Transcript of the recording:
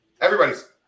Everybody's